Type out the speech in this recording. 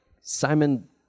Simon